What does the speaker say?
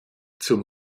zum